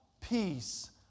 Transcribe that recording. Peace